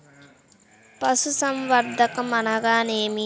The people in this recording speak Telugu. పశుసంవర్ధకం అనగానేమి?